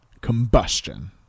combustion